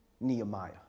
Nehemiah